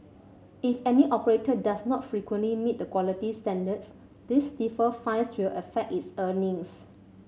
if any operator does not frequently meet the quality standards these stiffer fines will affect its earnings